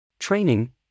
Training